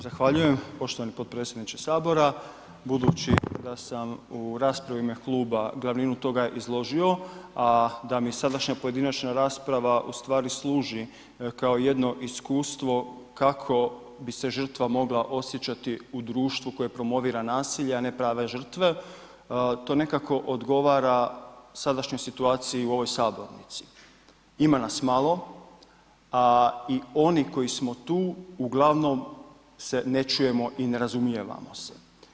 Zahvaljujem poštovani potpredsjedniče HS, budući da sam u raspravi u ime kluba glavninu toga izložio, a da mi sadašnja pojedinačna rasprava u stvari služi kao jedno iskustvo kako bi se žrtva mogla osjećati u društvu koje promovira nasilje, a ne prava žrtve, to nekako odgovara sadašnjoj situaciji u ovoj sabornici, ima nas malo, a i oni koji smo tu uglavnom se ne čujemo i ne razumijevamo se.